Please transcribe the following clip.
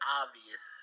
obvious